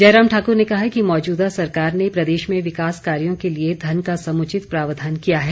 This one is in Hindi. जयराम ठाक्र ने कहा कि मौजूदा सरकार ने प्रदेश में विकास कार्यो के लिए धन का समुचित प्रावधान किया है